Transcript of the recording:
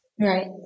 Right